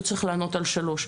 הוא צריך לענות על שלוש.